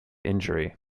injury